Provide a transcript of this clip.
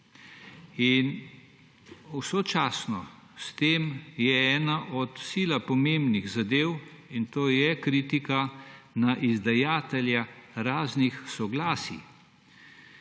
Sočasno s tem je ena od sila pomembnih zadev in to je kritika na izdajatelja raznih soglasij,